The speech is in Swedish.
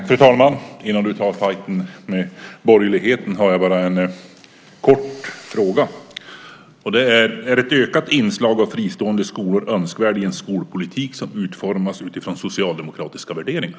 Fru talman! Innan du tar fajten med borgerligheten har jag en kort fråga. Är ett ökat inslag av fristående skolor önskvärt i en skolpolitik som utformas utifrån socialdemokratiska värderingar?